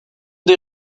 des